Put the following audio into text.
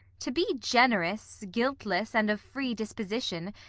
to be generous, guiltless, and of free disposition,